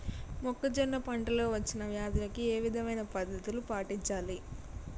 మొక్కజొన్న పంట లో వచ్చిన వ్యాధులకి ఏ విధమైన పద్ధతులు పాటించాలి?